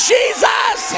Jesus